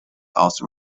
also